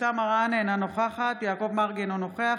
אבתיסאם מראענה, אינה נוכחת יעקב מרגי, אינו נוכח